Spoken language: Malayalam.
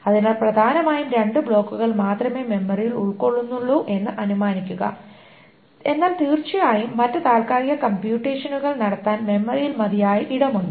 അതിനാൽ പ്രധാനമായും രണ്ട് ബ്ലോക്കുകൾ മാത്രമേ മെമ്മറിയിൽ ഉൾക്കൊള്ളുന്നുള്ളൂ എന്ന് അനുമാനിക്കുക എന്നാൽ തീർച്ചയായും മറ്റ് താൽക്കാലിക കമ്പ്യൂറ്റേഷനുകൾ നടത്താൻ മെമ്മറിയിൽ മതിയായ ഇടമുണ്ട്